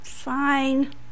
Fine